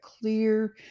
clear